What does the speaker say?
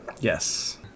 Yes